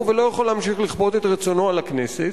ולא יכול להמשיך לכפות את רצונו על הכנסת,